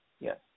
Yes